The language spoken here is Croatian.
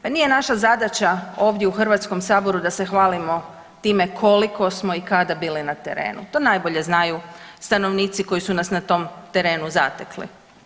Pa nije naša zadaća ovdje u Hrvatskom saboru da se hvalimo time koliko smo i kada bili na terenu, to najbolje znaju stanovnici koji su nas na tom terenu zatekli.